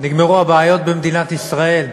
נגמרו הבעיות במדינת ישראל?